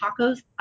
tacos